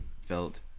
felt